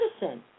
Medicine